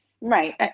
Right